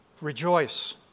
Rejoice